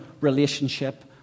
relationship